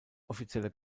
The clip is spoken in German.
offizieller